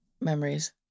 memories